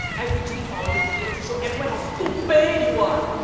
i retweet all your videos to show everyone how stupid you are.